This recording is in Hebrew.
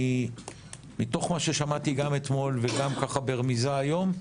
מתוך מה ששמעתי גם אתמול וגם ברמיזה היום,